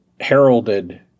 heralded